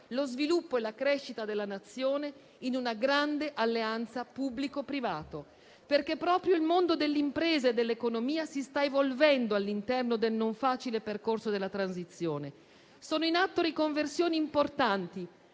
lo sviluppo e la crescita della Nazione in una grande alleanza pubblico-privato. Proprio il mondo dell'impresa e dell'economia si sta evolvendo all'interno del non facile percorso della transizione. Sono in atto riconversioni importanti,